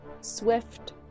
swift